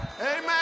Amen